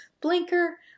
blinker